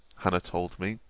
hannah told me,